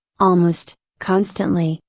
almost, constantly,